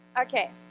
Okay